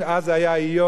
אז היה איוב,